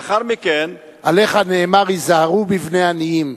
לאחר מכן, עליך נאמר: היזהרו בבני עניים,